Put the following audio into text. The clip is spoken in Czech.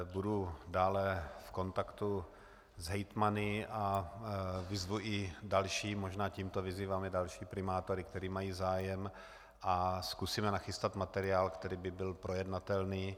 Budu dále v kontaktu s hejtmany a vyzvu i další, možná tímto vyzývám i další primátory, kteří mají zájem, a zkusíme nachystat materiál, který by byl projednatelný.